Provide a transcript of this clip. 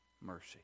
mercy